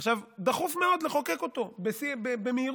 עכשיו דחוף מאוד לחוקק אותו במהירות.